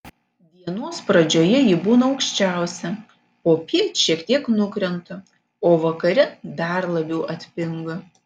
dienos pradžioje ji būna aukščiausia popiet šiek tiek nukrenta o vakare dar labiau atpinga